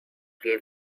wie